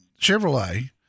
Chevrolet